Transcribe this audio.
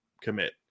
commit